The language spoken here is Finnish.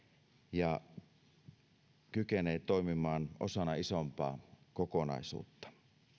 ja kykenee toimimaan osana isompaa kokonaisuutta